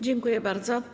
Dziękuję bardzo.